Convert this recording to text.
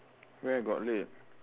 where got late